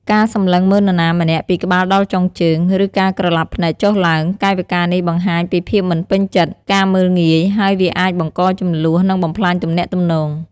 ការសម្លឹងមើលនរណាម្នាក់ពីក្បាលដល់ចុងជើង ឬការក្រឡាប់ភ្នែកចុះឡើង កាយវិការនេះបង្ហាញពីភាពមិនពេញចិត្ត ការមើលងាយ ហើយវាអាចបង្ករជម្លោះ និងបំផ្លាញទំនាក់ទំនង។